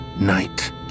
night